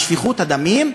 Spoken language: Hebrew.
ושפיכות הדמים,